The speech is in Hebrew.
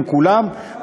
עם כולם,